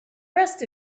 rest